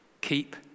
keep